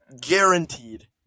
Guaranteed